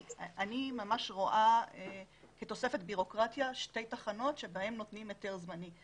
אני ממש רואה כתוספת בירוקרטיה שתי תחנות בהן נותנים היתר זמני.